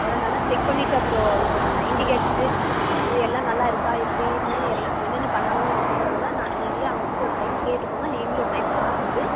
ஏன்னா நல்லா செக் பண்ணிவிட்டு அப்புறம் இது பண்ணுங்கள் இண்டிகேட்டரு இது எல்லாம் நல்லா இருக்கா எப்படின்னு எல்லாம் என்னென்ன பண்ணணும் அப்படிங்கிறதெல்லாம் நீங்களே அவங்கக்கிட்ட ஒரு டைம் கேட்டுக்கங்க நீங்களும் ஒரு டைம் பார்த்துட்டு